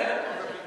כן, כן,